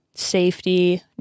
Safety